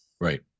Right